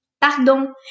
Pardon